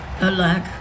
Alack